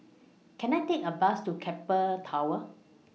Can I Take A Bus to Keppel Towers